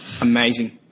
amazing